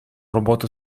роботу